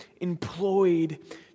employed